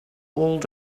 old